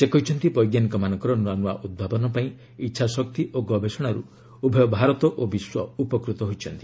ସେ କହିଛନ୍ତି ବୈଜ୍ଞାନିକମାନଙ୍କର ନୂଆ ନୂଆ ଉଭାବନ ପାଇଁ ଇଚ୍ଛା ଶକ୍ତି ଓ ଗବେଷଣାରୁ ଉଭୟ ଭାରତ ଓ ବିଶ୍ୱ ଉପକୃତ ହୋଇଛନ୍ତି